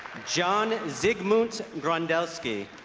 john zygmunt grondelski